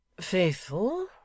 Faithful